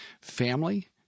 family